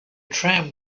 tram